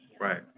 Right